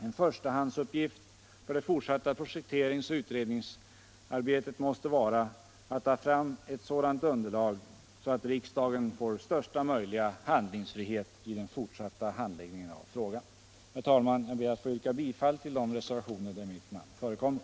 En förstahandsuppgift för det fortsatta projekteringsoch utredningsarbetet måste vara att ta fram ett sådant underlag, så att riksdagen får största möjliga handlingsfrihet i den fortsatta handläggningen av frågan. Herr talman! Jag ber att få yrka bifall till de reservationer där mitt namn förekommer.